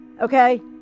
okay